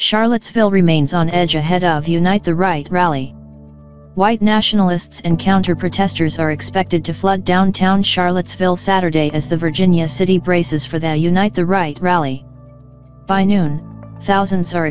charlottesville remains on edge ahead of unite the right rally white nationalists and counter protesters are expected to flood downtown charlottesville saturday as the virginia city braces for their unite the right rally by noon thousands are